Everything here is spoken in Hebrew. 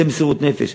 זו מסירות נפש.